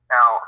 Now